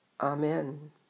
Amen